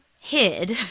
hid